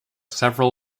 several